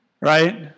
right